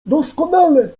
doskonale